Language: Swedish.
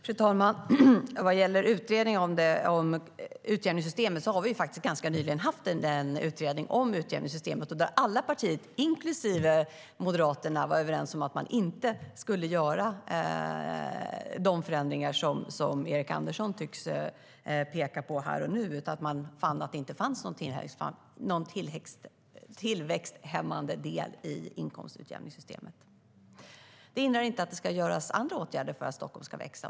Fru talman! Vad gäller utredning om utjämningssystemet har vi ganska nyligen haft en utredning om utjämningssystemet. Där var alla partier inklusive Moderaterna överens om att man inte skulle göra de förändringar som Erik Andersson tycks peka på här och nu. Man fann att det inte fanns någon tillväxthämmande del i inkomstutjämningssystemet. Det hindrar inte att det ska göras andra åtgärder för att Stockholm ska växa.